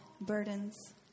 burdens